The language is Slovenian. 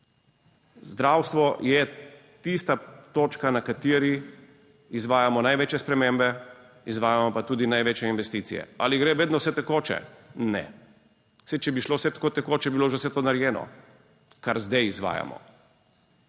Zdravstvo je tista točka, na kateri izvajamo največje spremembe, izvajamo pa tudi največje investicije. Ali gre vedno vse tekoče? Ne, saj če bi šlo vse tako tekoče, bi bilo že vse to narejeno, kar zdaj izvajamo.